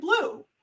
Blue